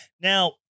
Now